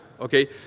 Okay